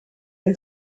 and